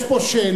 יש פה שאלות.